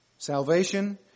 Salvation